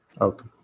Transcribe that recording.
Okay